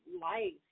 life